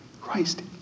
Christ